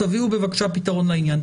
תביאו בבקשה פתרון לעניין.